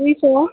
दुई सय